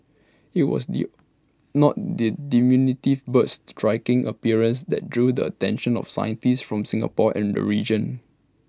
IT was the not the diminutive bird's striking appearance that drew the attention of scientists from Singapore and region